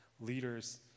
leaders